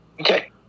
Okay